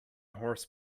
horse